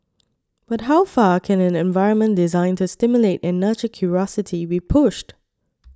but how far can an environment designed to stimulate and nurture curiosity be pushed